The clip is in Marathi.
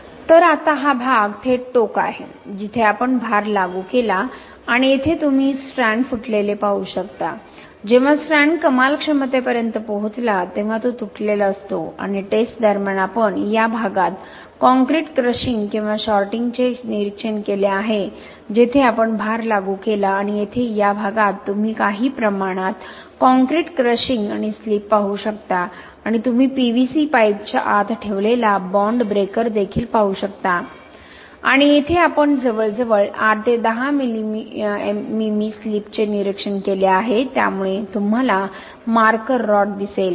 तर आता हा भाग थेट टोक आहे जिथे आपण भार लागू केला आणि येथे तुम्ही स्ट्रँड फुटलेले पाहू शकता जेव्हा स्ट्रँड कमाल क्षमतेपर्यंत पोहोचला तेव्हा तो तुटलेला असतो आणि टेस्ट दरम्यान आपण या प्रदेशात काँक्रीट क्रशिंग किंवा शॉर्टिंगचे निरीक्षण केले आहे जेथे आपण भार लागू केला आणि येथे या प्रदेशात तुम्ही काही प्रमाणात काँक्रीट क्रशिंग आणि स्लिप पाहू शकता आणि तुम्ही पीव्हीसी पाईपच्या आत ठेवलेला बॉन्ड ब्रेकर देखील पाहू शकता आणि येथे आपण जवळजवळ 8 ते 10 मिमी स्लिपचे निरीक्षण केले आहे त्यामुळे तुम्हाला मार्कर रॉड दिसेल